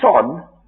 son